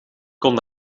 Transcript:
kon